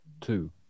two